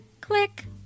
Click